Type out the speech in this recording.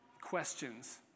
questions